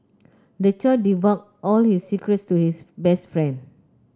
the child divulged all his secrets to his best friend